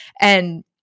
And-